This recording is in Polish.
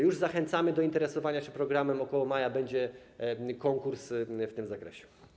Już zachęcamy do interesowania się programem, około maja będzie konkurs w tym zakresie.